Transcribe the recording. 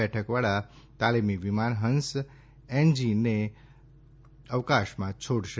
બેઠકવાળા તાલીમી વિમાન હંસ એનજીને અવકાશમાં છોડશે